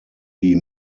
die